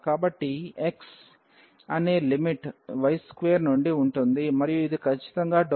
కాబట్టి x అనే limit y2 నుండి ఉంటుంది మరియు ఇది ఖచ్చితంగా డొమైన్ని x y వద్ద వదిలివేస్తోంది